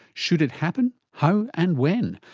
should it happen, how and when?